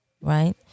right